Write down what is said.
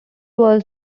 was